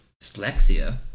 dyslexia